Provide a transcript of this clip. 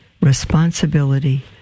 responsibility